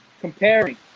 comparing